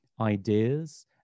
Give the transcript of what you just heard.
ideas